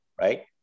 right